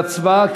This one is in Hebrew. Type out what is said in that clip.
להצבעה.